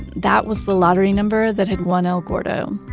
that was the lottery number that had won el gordo.